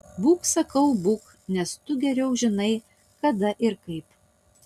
būk sakau būk nes tu geriau žinai kada ir kaip